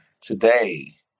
Today